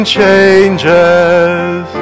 changes